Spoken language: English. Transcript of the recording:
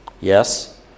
Yes